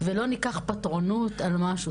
ולא ניקח פטרונות על משהו,